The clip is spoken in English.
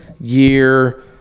year